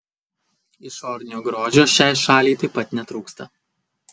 išorinio grožio šiai šaliai taip pat netrūksta